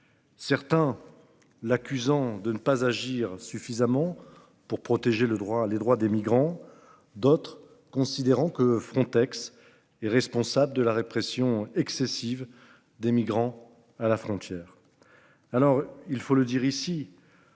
Certains l'accusant de ne pas agir suffisamment pour protéger le droit, les droits des migrants. D'autres considérant que Frontex et responsable de la répression excessive des migrants à la frontière.